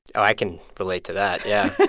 i can relate to that. yeah